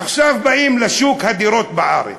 עכשיו באים לשוק הדירות בארץ,